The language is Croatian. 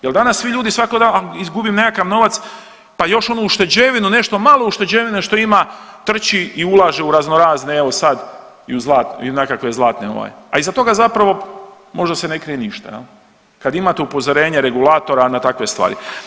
Jel danas svi ljudi svaki dan izgubi nekakav novac, pa još onu ušteđevinu nešto malo ušteđevine što ima trči i ulaže u raznorazne evo sad i u nekakve zlatne ovaj, ali iza toga zapravo možda se ne krije ništa, kad imate upozorenje regulatora na takve stvari.